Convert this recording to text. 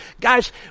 Guys